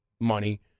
money